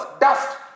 Dust